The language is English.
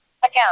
account